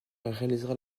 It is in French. réalisera